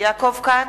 יעקב כץ,